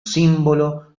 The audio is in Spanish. símbolo